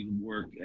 work